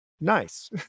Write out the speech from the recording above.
nice